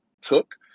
took